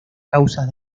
causas